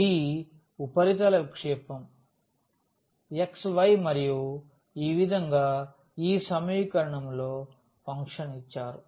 D ఉపరితల విక్షేపం xy మరియు ఈ విధంగా ఈ సమీకరణం లో ఫంక్షన్ ఇచ్చారు